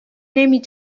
نمی